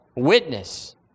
Witness